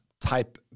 type